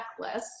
checklist